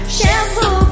Shampoo